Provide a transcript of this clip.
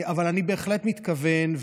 אבל אני בהחלט מתכוון,